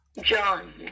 John